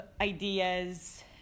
ideas